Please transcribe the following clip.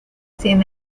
sin